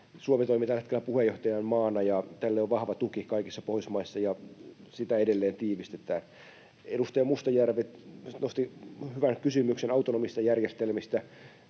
hetkellä puheenjohtajamaana, ja tälle on vahva tuki kaikissa Pohjoismaissa, ja sitä edelleen tiivistetään. Edustaja Mustajärvi nosti hyvän kysymyksen autonomisista järjestelmistä: